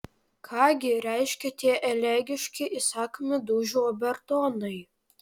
ką gi reiškia tie elegiški įsakmių dūžių obertonai